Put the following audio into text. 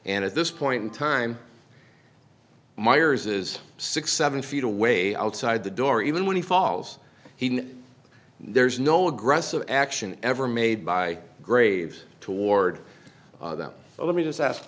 and at this point in time myers is sixty seven feet away outside the door even when he falls he knows there's no aggressive action ever made by graves toward that let me just ask